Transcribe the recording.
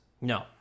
No